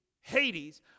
Hades